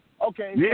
Okay